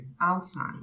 outside